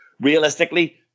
realistically